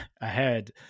ahead